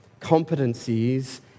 competencies